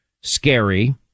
scary